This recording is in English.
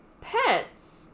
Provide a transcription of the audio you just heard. pets